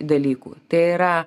dalykų tai yra